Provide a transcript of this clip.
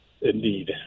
indeed